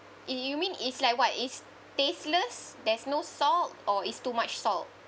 you you mean it's like what it's tasteless there's no salt or is too much salt